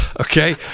Okay